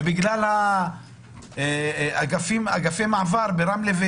ובגלל אגפים ברמלה.